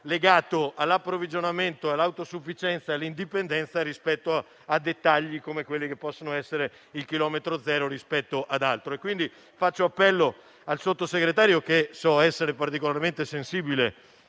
legato all'approvvigionamento, all'autosufficienza e all'indipendenza rispetto a dettagli come quelli che possono essere il chilometro zero piuttosto che altro. Faccio appello al Sottosegretario - so che è particolarmente sensibile